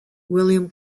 william